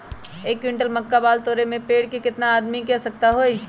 एक क्विंटल मक्का बाल तोरे में पेड़ से केतना आदमी के आवश्कता होई?